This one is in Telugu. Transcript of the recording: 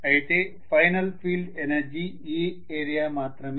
అయితే ఫైనల్ ఫీల్డ్ ఎనర్జీ ఈ ఏరియా మాత్రమే